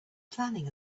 planning